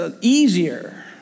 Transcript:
easier